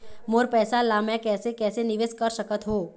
मोर पैसा ला मैं कैसे कैसे निवेश कर सकत हो?